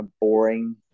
boring